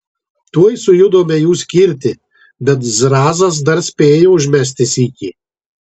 tuoj sujudome jų skirti bet zrazas dar spėjo užmesti sykį